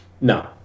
No